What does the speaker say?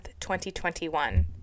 2021